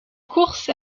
course